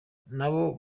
nabo